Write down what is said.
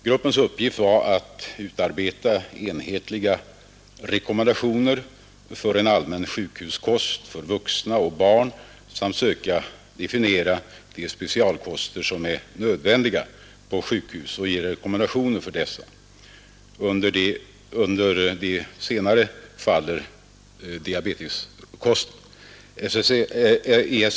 Gruppens uppgift var att utarbeta enhetliga rekommendationer för en allmän sjukhuskost för vuxna och barn samt söka definiera de specialkoster som är nödvändiga på sjukhus och ge rekommendationer också för dessa. Under de senare faller diabeteskosten.